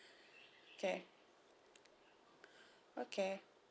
okay okay